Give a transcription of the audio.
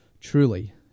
truly